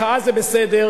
מחאה זה בסדר,